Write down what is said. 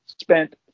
spent